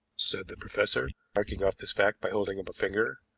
said the professor, marking off this fact by holding up a finger.